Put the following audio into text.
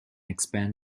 expand